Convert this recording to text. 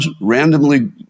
randomly